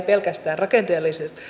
pelkästään